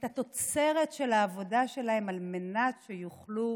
את התוצרת של העבודה שלהם על מנת שיוכלו